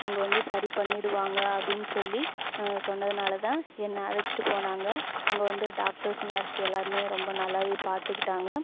அங்கே வந்து சரி பண்ணிவிடுவாங்க அப்படின்னு சொல்லி சொன்னதுனால் தான் என்ன அழைச்சிட்டு போனாங்க அங்கே வந்து டாக்டர்ஸ் நர்ஸ் எல்லோருமே ரொம்ப நல்லாவே பார்த்துக்கிட்டாங்க